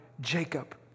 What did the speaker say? Jacob